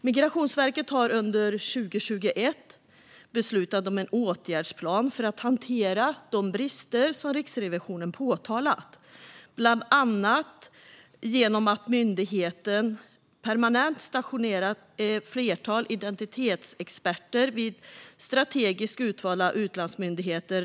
Migrationsverket har under 2021 beslutat om en åtgärdsplan för att hantera de brister som Riksrevisionen påtalat. Bland annat stationerar myndigheten permanent ett flertal identitetsexperter vid strategiskt utvalda utlandsmyndigheter.